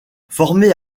formé